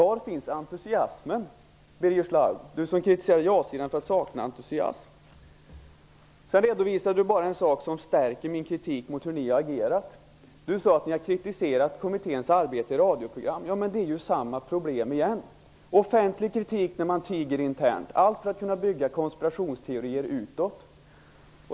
Var finns entusiasmen, Birger Schlaug? Birger Schlaug kritiserar ju ja-sidan för att sakna entusiasm. Birger Schlaug redovisade något som bara stärker min kritik mot Miljöpartiets agerande, när han sade att Miljöpartiet har kritiserat kommitténs arbete i radioprogram. Men där är ju samma problem igen, nämligen att man kritiserar offentligt men tiger internt, allt för att kunna bygga konspirationsteorier utåt.